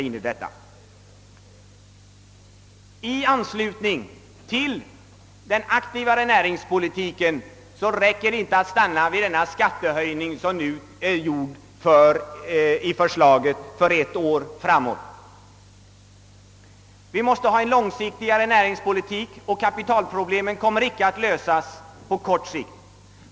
I anslutning till den aktivare näringspolitiken räcker det inte att stanna vid den skattehöjning som nu föreslagits för ett år framåt. Vi måste ha en långsiktig näringspolitik. Kapitalproblemen kommer icke att lösas på kort sikt.